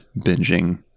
binging